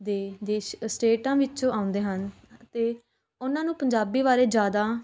ਦੇ ਦੇਸ਼ ਸਟੇਟਾਂ ਵਿੱਚ ਆਉਂਦੇ ਹਨ ਅਤੇ ਓਹਨਾਂ ਨੂੰ ਪੰਜਾਬੀ ਬਾਰੇ ਜ਼ਿਆਦਾ